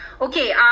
Okay